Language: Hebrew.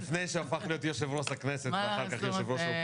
לפני שהפך להיות יו"ר הכנסת ואחר כך יו"ר האופוזיציה.